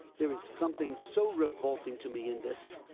there is something so revolting to me in this!